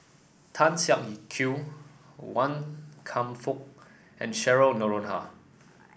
Tan Kew Wan Kam Fook and Cheryl Noronha